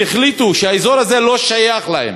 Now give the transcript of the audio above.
והחליטו שהאזור הזה לא שייך להם